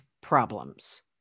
problems